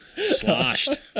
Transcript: sloshed